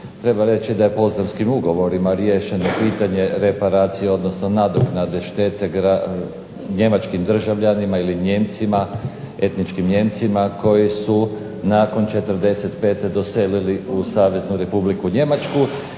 Treba reći da je …/Ne razumije se./… ugovorima riješeno pitanje reparacije odnosno nadoknade štete njemačkim državljanima ili Nijemcima, etničkim Nijemcima koji su nakon '45. doselili u Saveznu Republiku Njemačku.